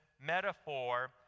metaphor